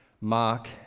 mark